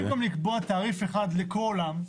במקום לקבוע תעריף אחיד לכולן,